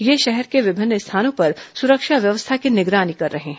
यें शहर के विभिन्न स्थानों पर सुरक्षा व्यवस्था की निगरानी कर रहे है